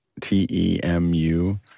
T-E-M-U